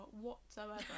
whatsoever